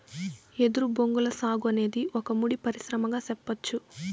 ఎదురు బొంగుల సాగు అనేది ఒక ముడి పరిశ్రమగా సెప్పచ్చు